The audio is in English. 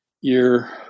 year